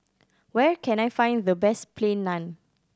where can I find the best Plain Naan